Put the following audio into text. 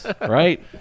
right